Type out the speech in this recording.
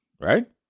right